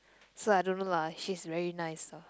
so I don't know lah she's very nice lah